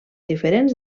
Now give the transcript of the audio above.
diferents